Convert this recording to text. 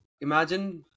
Imagine